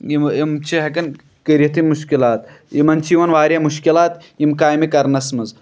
یِمہٕ یِم چھِ ہٮ۪کان کٔرِتھ یِم مُشکِلات یِمَن چھِ یِوان واریاہ مُشکِلات یِم کامہِ کَرنَس منٛز